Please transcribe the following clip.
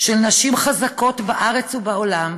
של נשים חזקות בארץ ובעולם,